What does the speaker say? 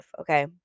okay